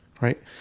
right